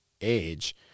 age